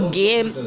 game